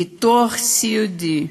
ביטוח סיעודי,